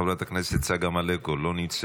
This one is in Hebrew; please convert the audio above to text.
חברת הכנסת צגה מלקו,